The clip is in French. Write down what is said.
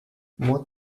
moins